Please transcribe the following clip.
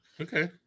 okay